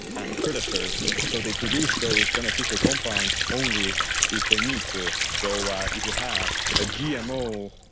and predators. so they produce those beneficial compounds only if they need to. so if you have a gmo,